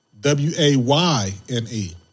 W-A-Y-N-E